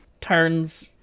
turns